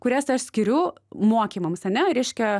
kurias aš skiriu mokymams ane reiškia